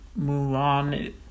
Mulan